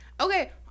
Okay